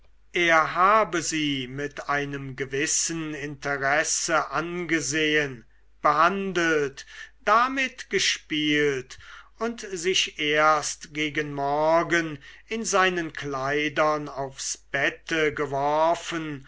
er habe sie mit einem gewissen interesse angesehen behandelt damit gespielt und sich erst gegen morgen in seinen kleidern aufs bette geworfen